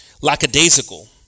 lackadaisical